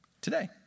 today